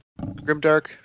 Grimdark